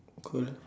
cool